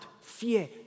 fear